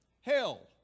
Hell